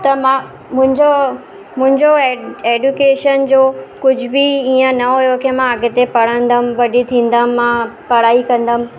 त मां मुंहिंजो मुंहिंजो एड एडुकेशन जो कुझ बि ईअं न हुयो की मां अॻिते पढ़दमि वॾी थींदमि मां पढ़ाई कंदमि